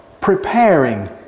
preparing